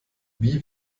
wie